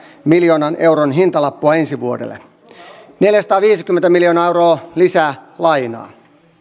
miljoonan euron hintalappua ensi vuodelle neljäsataaviisikymmentä miljoonaa euroa lisää lainaa